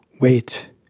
wait